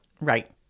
Right